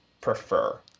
prefer